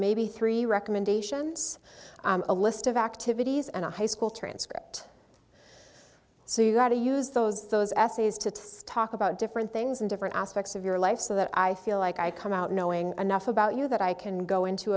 maybe three recommendations a list of activities and a high school transcript so you have to use those those essays to talk about different things in different aspects of your life so that i feel like i come out knowing enough about you that i can go into